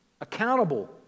accountable